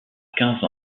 quinze